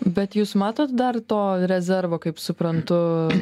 bet jūs matot dar to rezervo kaip suprantu